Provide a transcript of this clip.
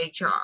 HR